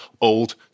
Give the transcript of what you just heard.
old